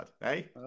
Hey